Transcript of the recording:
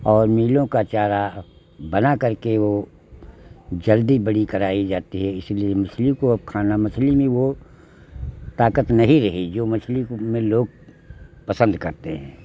और मिलों का चारा बना कर के वह जल्दी बड़ी कराई जाती है इसीलिए मछली को अब खाना मछली में वह ताकत नहीं रही जो मछली को में लोग पसंद करते हैं